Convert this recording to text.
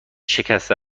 شکسته